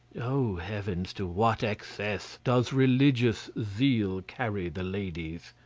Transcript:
oh, heavens! to what excess does religious zeal carry the ladies.